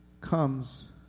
comes